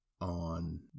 on